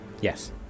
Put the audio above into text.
Yes